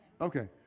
Okay